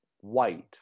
white